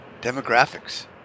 demographics